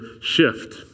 shift